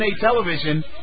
television